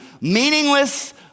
meaningless